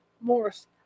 Morris